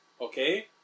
Okay